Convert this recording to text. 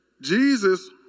Jesus